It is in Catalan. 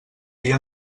dia